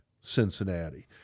Cincinnati